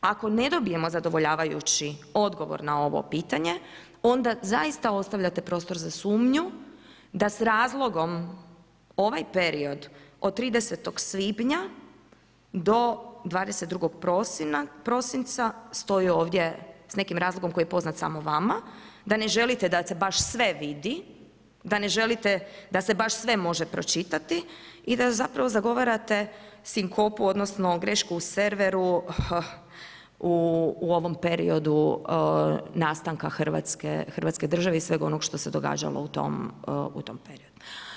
Ako ne dobijemo zadovoljavajući odgovor na ovo pitanje, onda zaista ostavljate prostor za sumnju, da s razlogom ovaj period od 30.5-22.12. stoji ovdje s nekim razlogom koji je poznat samo vama, da ne želite da se baš sve vidi, da ne želite da se baš sve može pročitati i da zapravo zagovarate sinkopu, odnosno, grešku u ovom periodu nastanka Hrvatske države i svega ovo što se događalo u tom periodu.